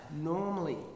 normally